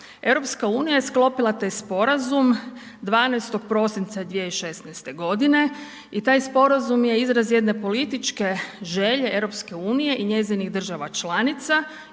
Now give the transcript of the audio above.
predlaganju. EU je sklopila taj sporazum 12. prosinca 2016. g. i taj sporazum izraz jedne političke želje EU-a i njezinih država članica